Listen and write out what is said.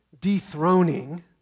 dethroning